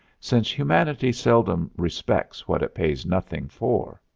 since humanity seldom respects what it pays nothing for.